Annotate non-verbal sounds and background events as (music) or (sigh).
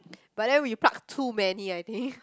but then we pluck too many I think (laughs)